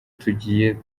tugiye